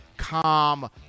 calm